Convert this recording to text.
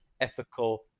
ethical